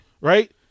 Right